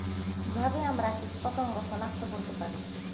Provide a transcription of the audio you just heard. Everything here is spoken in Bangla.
কিভাবে আমরা কীটপতঙ্গ সনাক্ত করতে পারি?